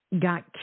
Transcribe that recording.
got